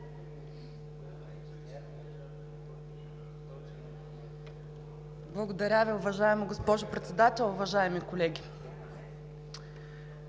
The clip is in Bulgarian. Благодаря Ви, уважаема госпожо Председател. Уважаеми колеги!